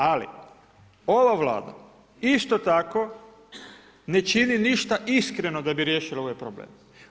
Ali ova Vlada isto tako ne čini ništa iskreno da bi riješila ovaj problem.